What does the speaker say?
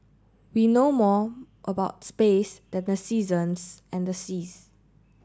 we know more about space than the seasons and the seas